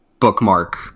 bookmark